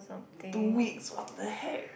two weeks what the heck